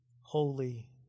holy